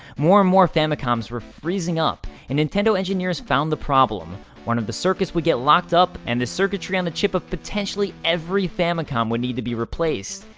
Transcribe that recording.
more and more famicoms so were freezing up, and nintendo engineers found the problem one of the circuits would get locked up, and the circuitry on the chip of potentially every famicom would need to be replaced.